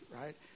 right